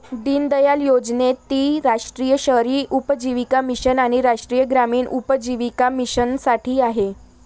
दीनदयाळ योजनेत ती राष्ट्रीय शहरी उपजीविका मिशन आणि राष्ट्रीय ग्रामीण उपजीविका मिशनसाठी आहे